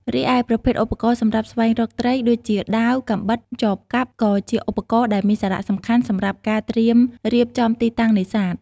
រីឯប្រភេទឧបករណ៍សម្រាប់ស្វែងរកត្រី ដូចជាដាវ កាំបិត ចបកាប់ ក៏ជាឧបករណ៍ដែលមានសារៈសំខាន់សម្រាប់ការត្រៀមរៀបចំទីតាំងនេសាទ។